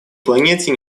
планете